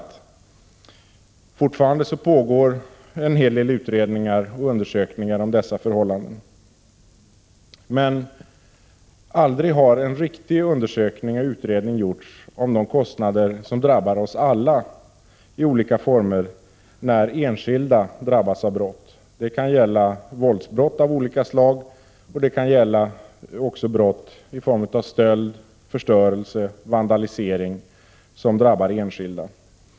Det pågår fortfarande en hel del utredningar och undersökningar beträffande dessa förhållanden. Men det har aldrig gjorts någon riktig undersökning eller utredning om de kostnader som drabbar oss alla i olika former när enskilda utsätts för brott. Det kan gälla våldsbrott av olika slag, och det kan också gälla brott i form av stöld, förstörelse och vandalisering som drabbar enskilda.